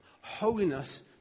Holiness